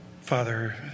Father